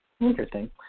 Interesting